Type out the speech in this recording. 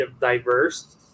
diverse